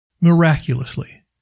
Miraculously